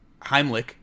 Heimlich